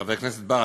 חבר הכנסת בר,